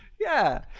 yeah,